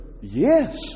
yes